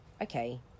okay